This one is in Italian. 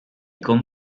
con